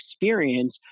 experience